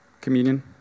communion